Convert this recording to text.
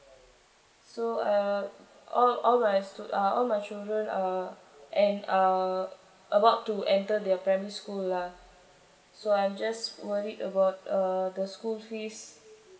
so uh all all my uh all my children uh and uh about to enter their primary school lah so I'm just worried about uh the school fees